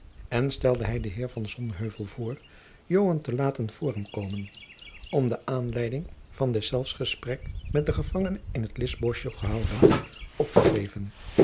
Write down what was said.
en stelde hij den heer van sonheuvel voor joan te laten voor hem komen om de aanleiding van deszelfs gesprek met den gevangenen in t lischboschje gehouden op te geven